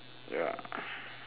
ya